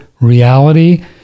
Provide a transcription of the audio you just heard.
reality